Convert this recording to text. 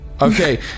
Okay